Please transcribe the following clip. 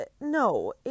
no